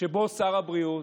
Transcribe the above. שבו שר הבריאות,